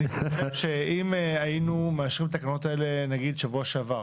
אם היינו מאשרים את התקנות האלה נגיד בשבוע שעבר,